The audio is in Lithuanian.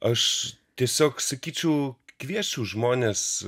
aš tiesiog sakyčiau kviesčiau žmones